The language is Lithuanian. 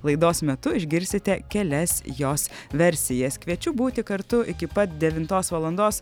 laidos metu išgirsite kelias jos versijas kviečiu būti kartu iki pat devintos valandos